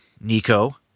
nico